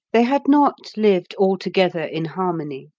they had not lived altogether in harmony,